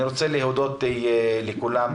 אני רוצה להודות לכל מי